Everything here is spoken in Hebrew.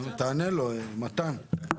תענה לו, מתן.